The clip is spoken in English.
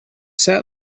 sat